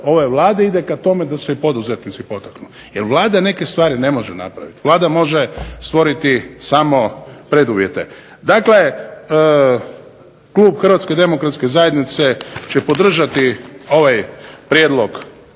ove Vlade ide ka tome da se i poduzetnici potaknu jer Vlada neke stvari ne može napravit, Vlada može stvoriti samo preduvjete. Dakle, klub Hrvatske demokratske zajednice će podržati ovaj prijedlog